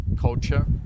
culture